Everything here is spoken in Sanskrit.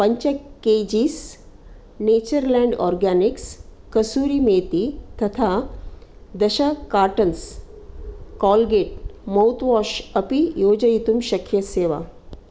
पञ्च K Gs Nature Land Organics Kasuri methi तथा दश कार्टन्स् कोल्गेट् मौत् वाश् अपि योजयितुं शक्यसे वा